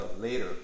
later